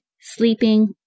sleeping